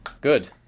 Good